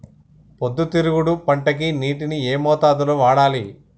పొద్దుతిరుగుడు పంటకి నీటిని ఏ మోతాదు లో వాడాలి?